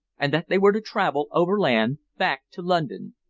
and that they were to travel overland back to london.